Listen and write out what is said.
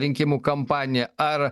rinkimų kampanija ar